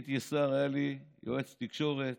כשהייתי שר היה לי יועץ תקשורת